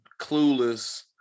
clueless